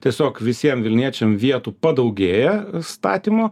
tiesiog visiem vilniečiam vietų padaugėja statymų